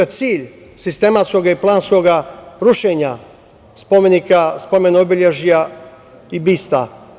Šta je bio cilj sistematskog i planskoga rušenja spomenika, spomen obeležja i bista?